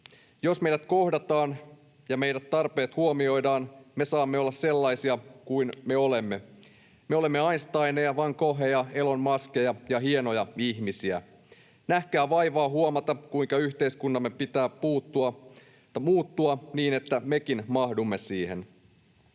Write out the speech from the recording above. Jos meidät kohdataan ja meidän tarpeet huomioidaan, me saamme olla sellaisia kuin me olemme. Me olemme einsteineja, vangogheja, elonmuskeja ja hienoja ihmisiä. Nähkää vaivaa huomata, kuinka yhteiskuntamme pitää muuttua niin, että mekin mahdumme siihen.”